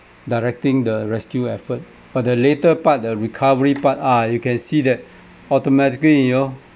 directing the rescue effort but the later part the recovery part ah you can see that automatically you know